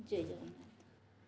Jay Jagannath